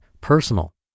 personal